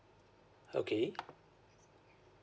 okay